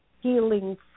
healing